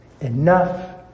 enough